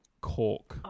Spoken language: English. cork